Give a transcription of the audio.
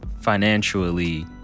financially